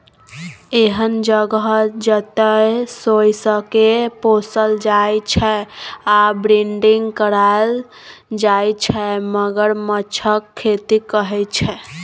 एहन जगह जतय सोंइसकेँ पोसल जाइ छै आ ब्रीडिंग कराएल जाइ छै मगरमच्छक खेती कहय छै